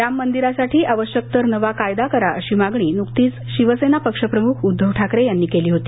राममंदिरासाठी आवश्यक तर नवा कायदा करा अशी मागणी नुकतीच शिवसेना पक्षप्रमुख उद्धव ठाकरे यांनी केली होती